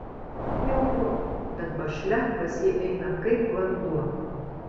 ko jau ko bet bašlia pas jį eina kaip vanduo